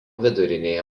vidurinėje